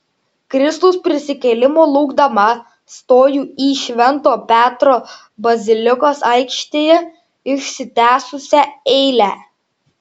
kristaus prisikėlimo laukdama stoju į švento petro bazilikos aikštėje išsitęsusią eilę